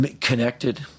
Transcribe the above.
connected